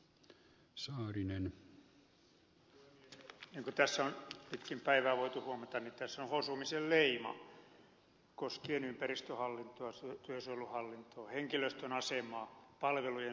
niin kuin tässä on pitkin päivää voitu huomata tässä on hosumisen leima koskien ympäristöhallintoa työsuojeluhallintoa henkilöstön asemaa palvelujen saatavuutta